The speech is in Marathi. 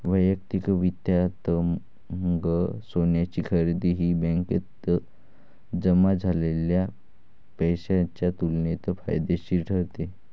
वैयक्तिक वित्तांतर्गत सोन्याची खरेदी ही बँकेत जमा झालेल्या पैशाच्या तुलनेत फायदेशीर ठरते